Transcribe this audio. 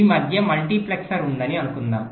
ఈ మధ్య మల్టీప్లెక్సర్ ఉందని అనుకుందాం